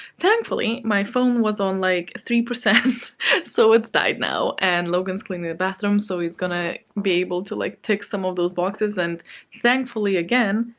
thankfully, my phone was on like three percent so, it's died now. and logan's cleaning the bathroom, so he's gonna be able to like tick some of those boxes and thankfully again,